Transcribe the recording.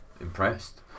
impressed